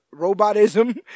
robotism